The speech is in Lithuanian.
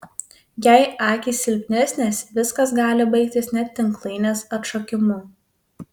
jei akys silpnesnės viskas gali baigtis net tinklainės atšokimu